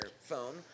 phone